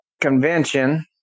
convention